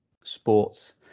sports